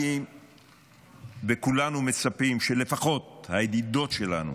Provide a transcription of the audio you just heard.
אני וכולנו מצפים שלפחות הידידות שלנו,